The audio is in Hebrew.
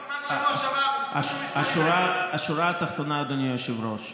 השורה התחתונה, אדוני היושב-ראש: